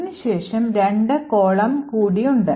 അതിനുശേഷം രണ്ട് columns കൂടിയുണ്ട്